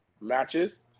matches